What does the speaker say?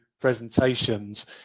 presentations